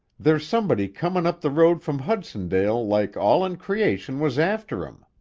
there's somebody comin' up the road from hudsondale like all in creation was after em.